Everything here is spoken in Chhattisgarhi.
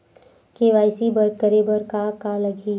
के.वाई.सी करे बर का का लगही?